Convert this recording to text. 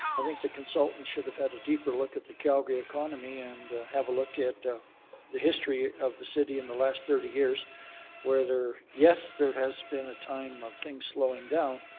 i think the consultant should have had a deeper look at the calgary economy and have a look at the history of the city in the last thirty years where, yes, there has been a time of things slowing down,